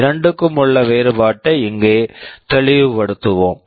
இரண்டுக்கும் உள்ள வேறுபாட்டை இங்கே தெளிவுபடுத்துவோம்